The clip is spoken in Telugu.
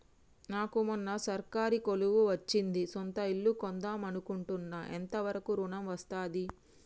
నాకు మొన్న సర్కారీ కొలువు వచ్చింది సొంత ఇల్లు కొన్దాం అనుకుంటున్నా ఎంత వరకు ఋణం వస్తది?